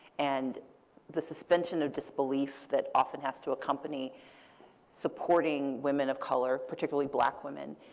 and the suspension of disbelief that often has to accompany supporting women of color, particularly black women,